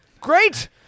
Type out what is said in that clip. Great